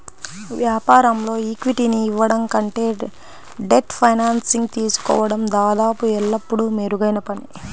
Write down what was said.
వ్యాపారంలో ఈక్విటీని ఇవ్వడం కంటే డెట్ ఫైనాన్సింగ్ తీసుకోవడం దాదాపు ఎల్లప్పుడూ మెరుగైన పని